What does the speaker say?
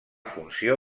funció